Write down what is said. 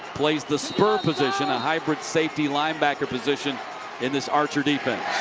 plays the spur position. a hybrid safety linebacker position in this archer defense.